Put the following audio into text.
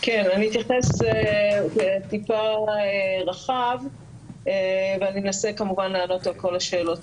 אני אתייחס טיפה רחב ואני אנסה כמובן לענות על כל השאלות,